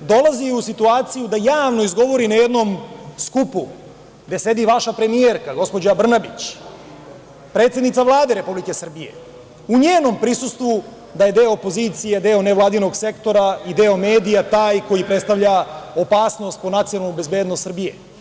dolazi u situaciju da javno izgovori na jednom skupu gde sedi vaša premijerka, gospođa Brnabić, predsednica Vlade Republike Srbije, u njenom prisustvu, da je deo opozicije, deo nevladinog sektora i deo medija taj koji predstavlja opasnost po nacionalnu bezbednost Srbije.